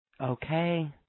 Okay